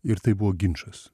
ir tai buvo ginčas